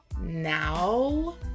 Now